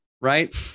right